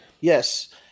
Yes